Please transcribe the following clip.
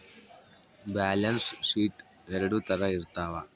balance sheet ಎರಡ್ ತರ ಇರ್ತವ